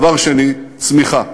דבר שני, צמיחה,